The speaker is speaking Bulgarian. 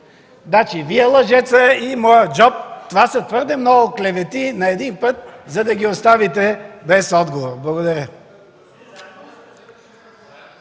Вие лъжецът и моят джоб – това са твърде много клевети на един път, за да ги оставите без отговор. Благодаря.